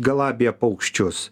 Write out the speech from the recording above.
galabyja paukščius